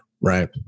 right